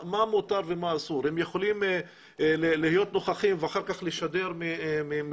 מה מותר ומה אסור - הם יכולים להיות נוכחים ואחר כך לשדר מרמאללה,